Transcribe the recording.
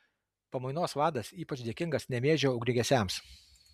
pamainos vadas ypač dėkingas nemėžio ugniagesiams